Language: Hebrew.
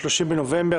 30 בנובמבר,